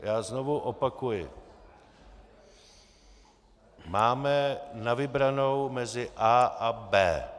Já znovu opakuji, máme na vybranou mezi A a B.